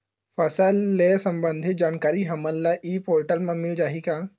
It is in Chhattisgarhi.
फसल ले सम्बंधित जानकारी हमन ल ई पोर्टल म मिल जाही का?